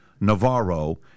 Navarro